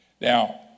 now